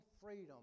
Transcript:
freedom